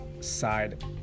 side